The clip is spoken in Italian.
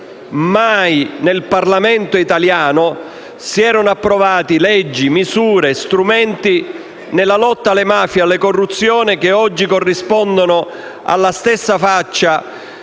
Mai, nel Parlamento italiano, si erano approvate leggi, misure e strumenti nella lotta alle mafie e alla corruzione, che oggi corrispondono, come non mai,